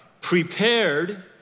prepared